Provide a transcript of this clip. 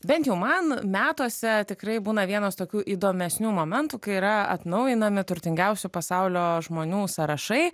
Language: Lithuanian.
bent jau man metuose tikrai būna vienas tokių įdomesnių momentų kai yra atnaujinami turtingiausių pasaulio žmonių sąrašai